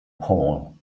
paul